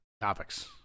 Topics